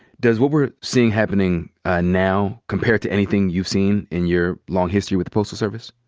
does what we're seeing happening ah now compare to anything you've seen in your long history with the postal service?